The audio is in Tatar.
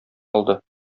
алды